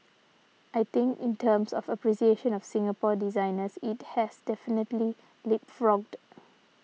I think in terms of appreciation of Singapore designers it has definitely leapfrogged